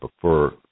prefer